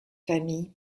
famille